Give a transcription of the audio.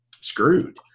screwed